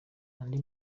andi